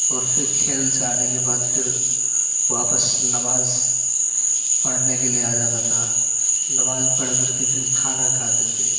اور پھر کھیل سے آنے کے بعد پھر واپس نماز پڑھنے کے لئے آ جاتا تھا نماز پڑھ کر کے پھر کھانا کھاتے تھے